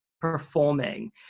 performing